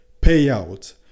payout